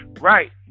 Right